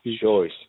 choice